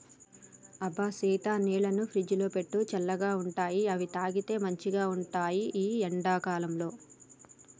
అబ్బ సీత నీళ్లను ఫ్రిజ్లో పెట్టు చల్లగా ఉంటాయిఅవి తాగితే మంచిగ ఉంటాయి ఈ ఎండా కాలంలో